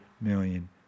million